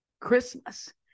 Christmas